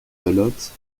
pelote